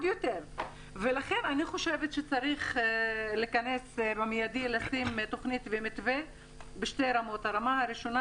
לכן אני חושבת שצריך לשים תוכנית ומתווה בשתי רמות: ראשית,